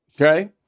Okay